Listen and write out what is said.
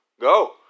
Go